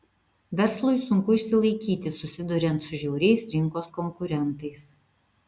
verslui sunku išsilaikyti susiduriant su žiauriais rinkos konkurentais